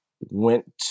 went